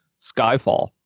Skyfall